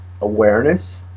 awareness